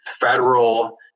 federal